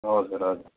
हजुर हजुर